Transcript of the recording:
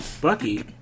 Bucky